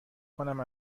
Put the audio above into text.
کنم